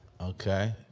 Okay